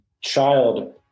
child